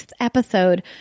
episode